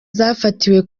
zafatiwe